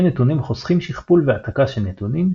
נתונים חוסכים שכפול והעתקה של נתונים,